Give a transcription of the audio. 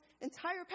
entire